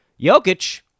Jokic